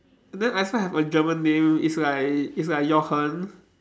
then I also have a German name it's like it's like Jochen